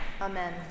Amen